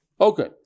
Okay